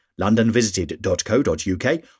londonvisited.co.uk